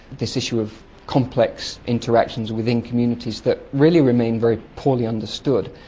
this issue of complex interactions within communities that really remain very poorly understood.